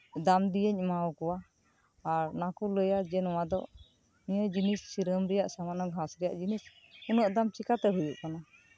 ᱫᱟᱢ ᱫᱤᱭᱮᱧ ᱮᱢᱟᱣ ᱠᱚᱣᱟ ᱟᱨ ᱚᱱᱟ ᱠᱚ ᱞᱟᱹᱭᱟ ᱡᱮ ᱱᱚᱣᱟ ᱫᱚ ᱱᱤᱭᱟᱹ ᱡᱤᱱᱤᱥ ᱥᱤᱨᱚᱢ ᱨᱮᱭᱟᱜ ᱥᱟᱢᱟᱱᱱᱚ ᱜᱷᱟᱥ ᱨᱮᱭᱟᱜ ᱡᱤᱱᱤᱥ ᱩᱱᱟᱹᱜ ᱫᱟᱢ ᱪᱮᱠᱟᱛᱮ ᱦᱩᱭᱩᱜ ᱠᱟᱱᱟ